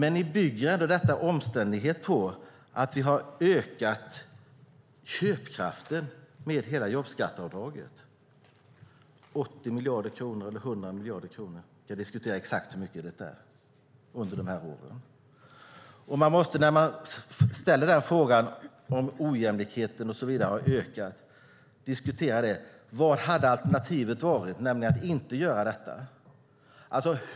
Men nu bygger ändå denna omständighet på att vi har ökat köpkraften med hela jobbskatteavdraget med 80 eller 100 miljarder kronor - jag vet inte exakt hur mycket det är - under de här åren. När man ställer frågan om ojämlikheten har ökat måste man diskutera vad alternativet hade varit, nämligen att inte göra detta.